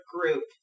group